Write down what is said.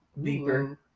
beeper